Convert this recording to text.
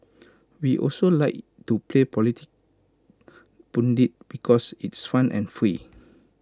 we also like to play political pundit because it's fun and free